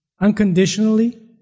unconditionally